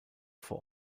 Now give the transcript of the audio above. vor